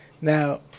Now